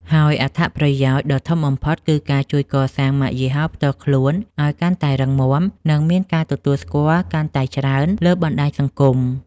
ហើយអត្ថប្រយោជន៍ដ៏ធំបំផុត គឺការជួយកសាងម៉ាកយីហោផ្ទាល់ខ្លួនឱ្យកាន់តែរឹងមាំ និងមានការទទួលស្គាល់កាន់តែច្រើនលើបណ្ដាញសង្គម។